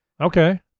Okay